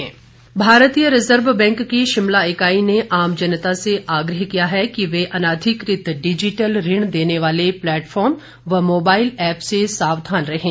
RBI भारतीय reserve bank की शिमला इकाई ने आम जनता से आग्रह किया है कि वे अनाधिकृत डिजिटल ऋण देने वाले प्लेटफॉर्म व मोबाईल ऐप्प से सावधान रहें